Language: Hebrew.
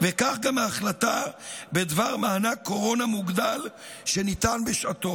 וכך גם ההחלטה בדבר מענק קורונה מוגדל שניתן בשעתו.